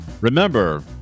Remember